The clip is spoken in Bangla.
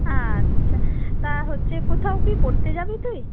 আচ্ছা তা হচ্ছে কোথাও কি পড়তে যাবি তুই